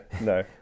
no